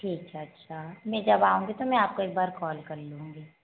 ठीक है अच्छा मैं जब आऊँगी तो मैं आपको एक बार कॉल कर लूँगी